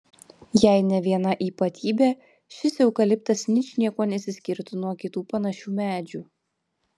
jei ne viena ypatybė šis eukaliptas ničniekuo nesiskirtų nuo kitų panašių medžių